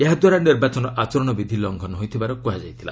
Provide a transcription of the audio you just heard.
ଏହାଦ୍ୱାରା ନିର୍ବାଚନ ଆଚରଣବିଧି ଲଙ୍ଘନ ହୋଇଥିବାର କୃହାଯାଇଥିଲା